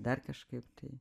dar kažkaip tai